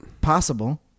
possible